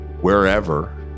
wherever